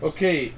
Okay